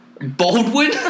Baldwin